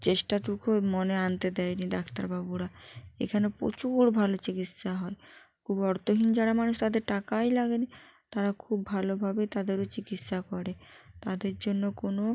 চেষ্টাটুকু মনে আনতে দেয়নি ডাক্তারবাবুরা এখানে প্রচুর ভালো চিকিৎসা হয় খুব অর্থহীন যারা মানুষ তাদের টাকাই লাগে না তারা খুব ভালোভাবে তাদেরও চিকিৎসা করে তাদের জন্য কোনো